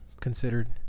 Considered